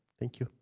thank you.